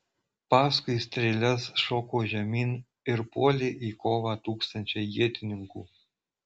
paskui strėles šoko žemyn ir puolė į kovą tūkstančiai ietininkų